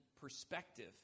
perspective